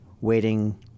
waiting